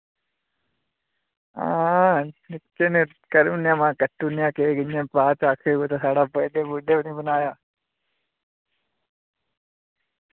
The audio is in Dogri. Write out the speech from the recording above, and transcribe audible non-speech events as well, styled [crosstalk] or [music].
हां [unintelligible] करूनेआं महा कट्टूनेआं केक इ'य्यां बाद आक्खे फिर साढ़ा बर्डे बुर्डे वी नी मनाया